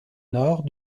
nord